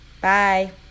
Bye